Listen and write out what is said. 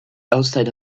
outside